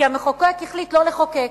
כי המחוקק החליט לא לחוקק,